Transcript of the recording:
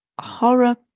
Horror